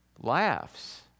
laughs